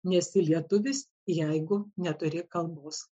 nesi lietuvis jeigu neturi kalbos